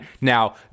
Now